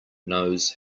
knows